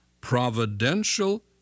providential